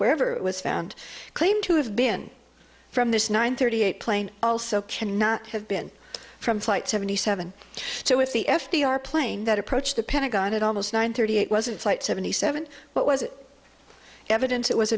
wherever it was found claimed to have been from this nine thirty eight plane also cannot have been from flight seventy seven so it's the f d r plane that approached the pentagon at almost nine thirty it wasn't flight seventy seven what was evidence it was